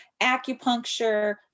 acupuncture